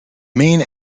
main